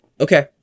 okay